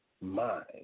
mind